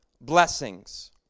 blessings